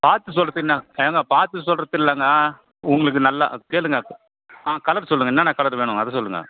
பார்த்து சொல்கிறதுக்கு என்ன ஏன்ங்க பார்த்து சொல்கிறது இல்லைங்க உங்களுக்கு நல்லா கேளுங்கள் ஆ கலர் சொல்லுங்கள் என்னென்ன கலர் வேணும் அதை சொல்லுங்கள்